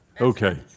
Okay